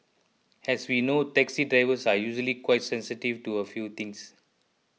as we know taxi drivers are usually quite sensitive to a few things